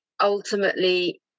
ultimately